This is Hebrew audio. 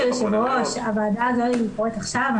כבוד היושב-ראש, הוועדה הזו קורית עכשיו.